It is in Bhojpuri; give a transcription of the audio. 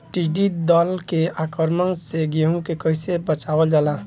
टिडी दल के आक्रमण से गेहूँ के कइसे बचावल जाला?